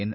N